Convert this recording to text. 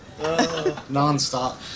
nonstop